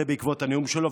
זה בעקבות הנאום שלו.